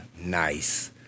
nice